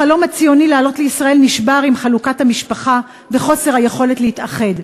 החלום הציוני לעלות לישראל נשבר עם חלוקת המשפחה וחוסר היכולת להתאחד.